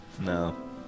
no